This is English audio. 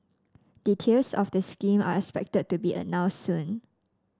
details of the scheme are expected to be announced soon